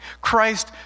Christ